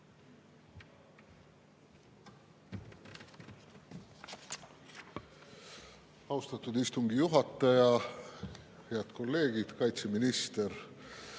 Austatud istungi juhataja! Head kolleegid! Kaitseminister!